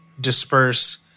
Disperse